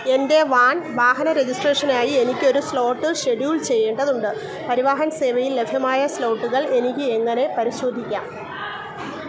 എൻ്റെ വാൻ വാഹന രജിസ്ട്രേഷനായി എനിക്കൊരു സ്ലോട്ട് ഷെഡ്യൂൾ ചെയ്യേണ്ടതുണ്ട് പരിവാഹൻ സേവയിൽ ലഭ്യമായ സ്ലോട്ടുകൾ എനിക്ക് എങ്ങനെ പരിശോധിക്കാം